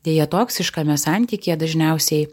deja toksiškame santykyje dažniausiai